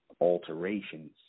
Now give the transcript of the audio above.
alterations